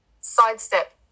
sidestep